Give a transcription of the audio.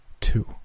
Two